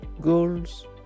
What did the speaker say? goals